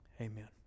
Amen